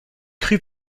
crues